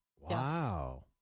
Wow